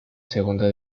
segunda